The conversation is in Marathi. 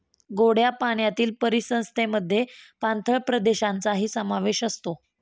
गोड्या पाण्यातील परिसंस्थेमध्ये पाणथळ प्रदेशांचाही समावेश असतो